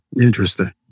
Interesting